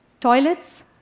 toilets